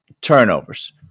Turnovers